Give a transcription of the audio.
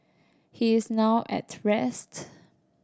he is now at rest